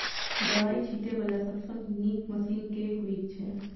दवाई छीटै वला सबसँ नीक मशीन केँ होइ छै?